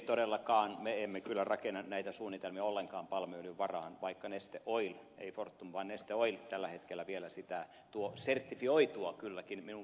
todellakaan me emme kyllä rakenna näitä suunnitelmia ollenkaan palmuöljyn varaan vaikka neste oil ei fortum vaan neste oil tällä hetkellä vielä sitä tänne tuo sertifioitua kylläkin minun käsittääkseni